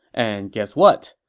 and guess what?